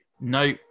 No